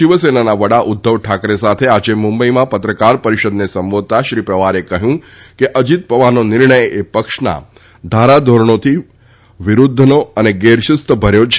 શિવસેનાના વડા ઉદ્ધવ ઠાકરે સાથે આજે મુંબઇમાં પત્રકાર પરિષદને સંબોધતા શ્રી પવારે કહ્યું કે અજીત પવારનો નિર્ણય એ પક્ષના ધારાધોરણથી વિરૂદ્વનો અને ગેરશિસ્ત ભર્યો છે